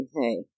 hey